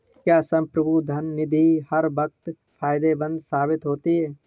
क्या संप्रभु धन निधि हर वक्त फायदेमंद साबित होती है?